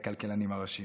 ולכלכלנים הראשיים,